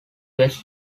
west